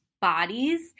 bodies